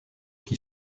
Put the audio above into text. qui